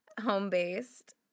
home-based